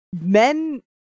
men